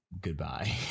Goodbye